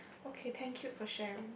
okay thank you for sharing